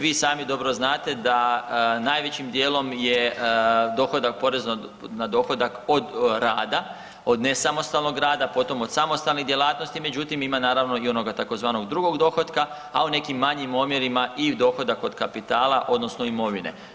Vi i sami dobro znate da najvećim dijelom je dohodak, porez na dohodak od rada, od nesamostalnog rada, potom od samostalnih djelatnosti, međutim ima naravno i onoga tzv. drugog dohotka, a u nekim manjim omjerima i dohodak od kapitala odnosno imovine.